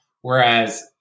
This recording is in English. Whereas